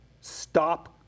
stop